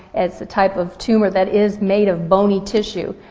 it's a type of tumor that is made of bony tissue,